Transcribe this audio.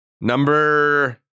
number